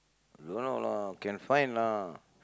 Don't know lah can find lah